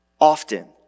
Often